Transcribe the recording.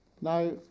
Now